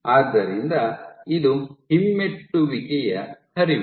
ಆದ್ದರಿಂದ ಇದು ಹಿಮ್ಮೆಟ್ಟುವಿಕೆಯ ಹರಿವು